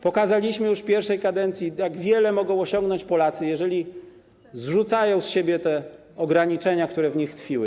Pokazaliśmy już w pierwszej kadencji, jak wiele mogą osiągnąć Polacy, jeżeli zrzucają z siebie te ograniczenia, które w nich tkwiły.